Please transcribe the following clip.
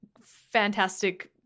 fantastic